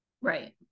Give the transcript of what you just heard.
Right